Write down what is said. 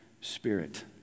Spirit